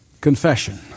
Confession